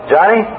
Johnny